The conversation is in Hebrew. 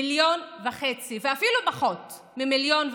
1.5 מיליון, ואפילו פחות מ-1.5 מיליון.